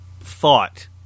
thought